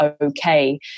okay